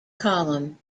column